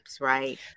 right